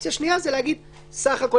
אופציה שנייה היא להגיד: בסך-הכול,